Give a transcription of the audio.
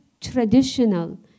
traditional